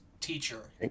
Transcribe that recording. teacher